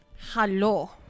Hello